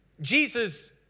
Jesus